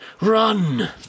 run